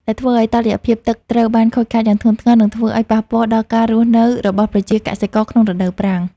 ដែលធ្វើឱ្យតុល្យភាពទឹកត្រូវបានខូចខាតយ៉ាងធ្ងន់ធ្ងរ និងធ្វើឱ្យប៉ះពាល់ដល់ការរស់នៅរបស់ប្រជាកសិករក្នុងរដូវប្រាំង។